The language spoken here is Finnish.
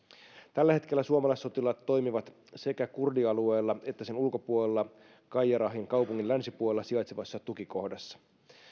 tällä hetkellä suomalaissotilaat toimivat sekä kurdialueella että sen ulkopuolella qayyarahin kaupungin länsipuolella sijaitsevassa tukikohdassa